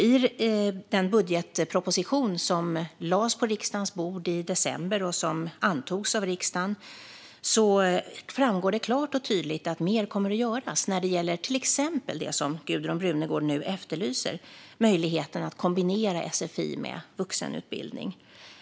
I den budgetproposition som lades på riksdagens bord i december och som antogs av riksdagen framgår det klart och tydligt att mer kommer att göras när det gäller till exempel det som Gudrun Brunegård nu efterlyser, alltså möjligheten att kombinera sfi med vuxenutbildning.